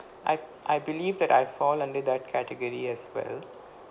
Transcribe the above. I I believe that I fall under that category as well